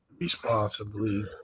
Responsibly